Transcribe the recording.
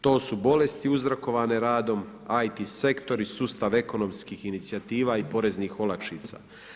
To su bolesti uzrokovane radom … sektori, sustav ekonomskih inicijativa i poreznih olakšica.